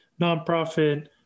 nonprofit